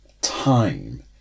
time